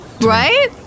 Right